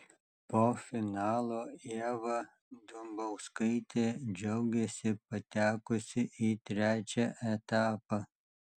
po finalo ieva dumbauskaitė džiaugėsi patekusi į trečią etapą